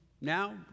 now